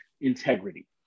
integrity